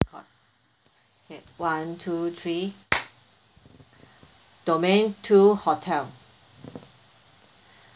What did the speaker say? what okay one two three domain two hotel